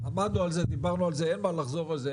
עמדנו על זה, דיברנו על זה, אין מה לחזור על זה.